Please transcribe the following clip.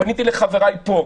פניתי לחבריי פה,